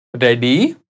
Ready